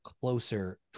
closer